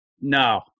No